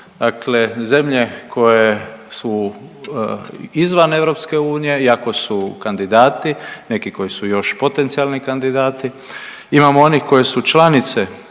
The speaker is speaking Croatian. dakle zemlje koje su izvan EU i ako su kandidati, neki koji su još potencijalni kandidati, imamo onih koje su članice